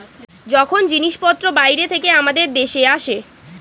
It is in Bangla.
যখন জিনিসপত্র বাইরে থেকে আমাদের দেশে আসে